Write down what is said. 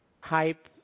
hype